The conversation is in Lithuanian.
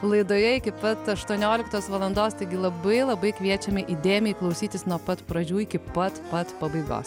laidoje iki pat aštuonioliktos valandos taigi labai labai kviečiame įdėmiai klausytis nuo pat pradžių iki pat pat pabaigos